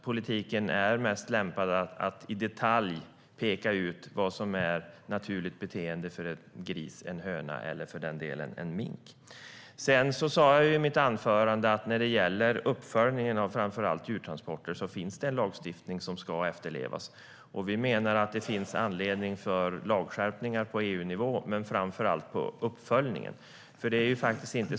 Politiken är inte bäst lämpad att i detalj peka ut vad som är naturligt beteende för en gris, en höna eller för den delen en mink. I mitt anförande sa jag att när det gäller uppföljningen av framför allt djurtransporter finns det en lagstiftning som ska efterlevas. Vi menar att det finns anledning för lagskärpningar på EU-nivå men framför allt handlar det om uppföljning.